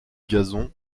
gazon